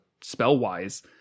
spell-wise